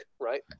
right